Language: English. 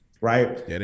Right